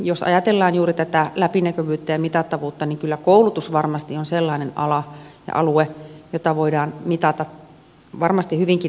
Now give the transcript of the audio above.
jos ajatellaan juuri tätä läpinäkyvyyttä ja mitattavuutta niin kyllä koulutus varmasti on sellainen ala ja alue jota voidaan mitata varmasti hyvinkin läpinäkyvästi